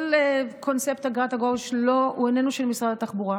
כל קונספט אגרת הגודש איננו של משרד התחבורה,